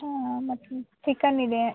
ಹ್ಞೂ ಮತ್ತು ಚಿಕನ್ ಇದೆ